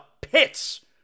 pits